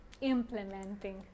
implementing